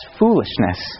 foolishness